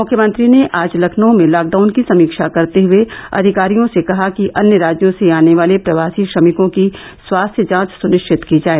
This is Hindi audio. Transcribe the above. मुख्यमंत्री ने आज लखनऊ में लॉकडाउन की समीक्षा करते हए अधिकारियों से कहा कि अन्य राज्यों से आने वाले प्रवासी श्रमिकों की स्वास्थ्य जांच सनिश्चित की जाए